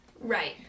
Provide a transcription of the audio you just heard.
Right